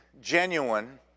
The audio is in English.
genuine